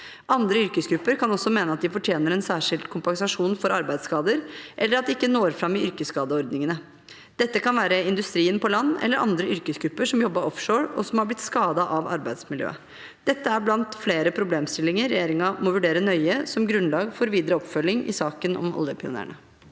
Andre yrkesgrupper kan også mene at de fortjener en særskilt kompensasjon for arbeidsskader, eller at de ikke når fram i yrkesskadeordningene. Dette kan være industrien på land eller andre yrkesgrupper som jobbet offshore og har blitt skadet av arbeidsmiljøet. Dette er blant flere problemstillinger regjeringen må vurdere nøye som grunnlag for videre oppfølging av saken om oljepionerene.